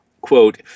quote